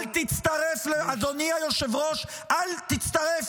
אדוני היושב-ראש, אל תצטרף